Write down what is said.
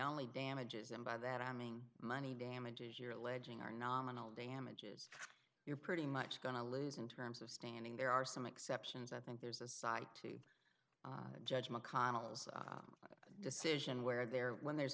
only damages and by that i mean money damages your alleging are nominal damages you're pretty much going to lose in terms of standing there are some exceptions i think there's a side to judge mcconnell's decision where there when there's